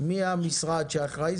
מי המשרד שאחראי?